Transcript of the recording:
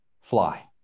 fly